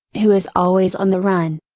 who is always on the run.